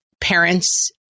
parents